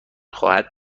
خواهد